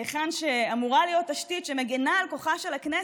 היכן שאמורה להיות תשתית שמגינה על כוחה של הכנסת,